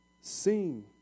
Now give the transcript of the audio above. sing